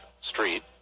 Street